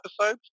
episodes